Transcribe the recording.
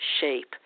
shape